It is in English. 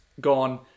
gone